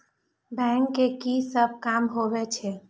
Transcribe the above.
Bank के की सब काम होवे छे?